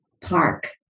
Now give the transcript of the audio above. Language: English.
park